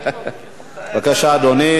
בבקשה, אדוני.